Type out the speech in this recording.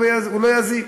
אבל הוא לא יזיק.